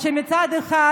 מצד אחד,